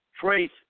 trace